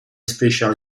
special